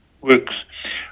works